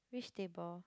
which table